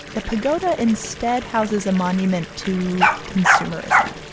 the pagoda instead houses a monument to consumerism.